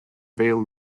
vale